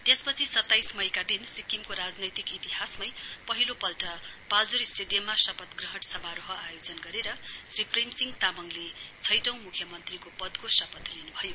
त्यसपछि सत्ताइस मईका दिन सिक्किमको राजनैतिक इतिहासमै पहिले पल्ट पाल्जोर स्टेडियममा शपथ ग्रहण समारोह आयोजन गरेर श्री प्रेमसिंङ तामङले छैटौं मुख्यमन्त्रीको पदको शपथ लिनुभयो